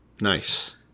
nice